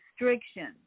restrictions